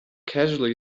casually